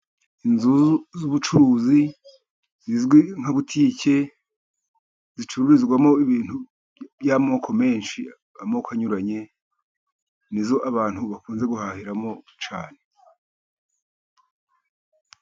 Inzu z'ubucuruzi zizwi nka butike zicururizwamo ibintu by'amoko menshi , amoko anyuranye nizo abantu bakunze guhahiramo cyane.